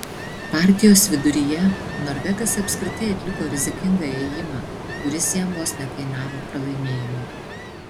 partijos viduryje norvegas apskritai atliko rizikingą ėjimą kuris jam vos nekainavo pralaimėjimo